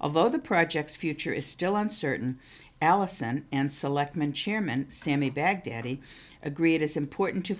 although the projects future is still uncertain allison and selectman chairman sammy baghdadi agree it is important to